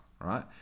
right